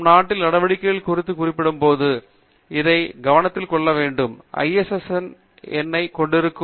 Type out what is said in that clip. நாம் மாநாட்டின் நடவடிக்கைகள் குறித்து குறிப்பிடும் போது இதை கவனத்தில் கொள்ள வேண்டும் இது பொதுவாக ஐஎஸ்எஸ்என் எண்ணைக் கொண்டிருக்கும்